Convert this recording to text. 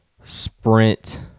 sprint